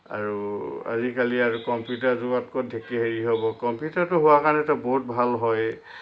আৰু আজিকালি আৰু কম্পিউটাৰ যুগত ক'ত ঢেঁকী হেৰি হ'ব কম্পিটাৰটো হোৱা কাৰণেতো বহুত ভাল হয়ে